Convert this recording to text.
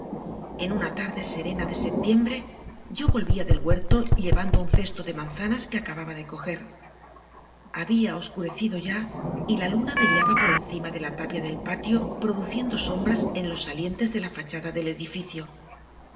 en una tarde serena de septiembre yo volvía del huerto llevando un cesto de manzanas que acababa de recoger había oscurecido ya y la luna brillaba por encima de la tapia del patio produciendo sombras en los salientes de la fachada del edificio